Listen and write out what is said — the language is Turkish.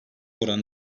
oran